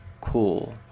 cool